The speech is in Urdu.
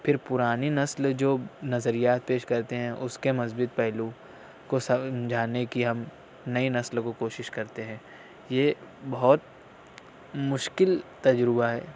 پھر پرانی نسل جو نظریات پیش کرتے ہیں اس کے مثبت پہلو کو سمجھانے کی ہم نئی نسلوں کو کشش کرتے ہیں یہ بہت مشکل تجربہ ہے